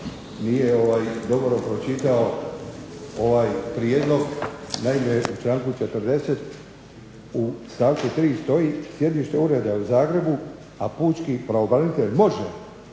nije dobro pročitao ovaj prijedlog. Naime, u članku 40. u stavku 3. stoji sjedište ureda u Zagrebu, a pučki pravobranitelj može